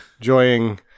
enjoying